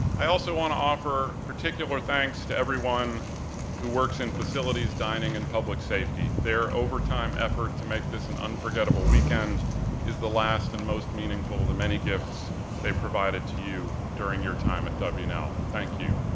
i also wanna offer particular thanks to everyone who works in facilities, dining, and public safety. their overtime effort to make this an unforgettable weekend is the last and most meaningful of the many gifts they provided to you during your time at w and l. thank you.